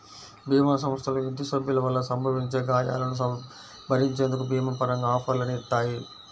భీమా సంస్థలు ఇంటి సభ్యుల వల్ల సంభవించే గాయాలను భరించేందుకు భీమా పరంగా ఆఫర్లని ఇత్తాయి